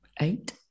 eight